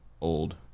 old